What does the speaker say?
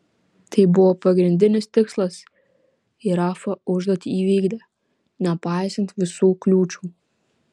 tai buvo pagrindinis tikslas ir rafa užduotį įvykdė nepaisant visų kliūčių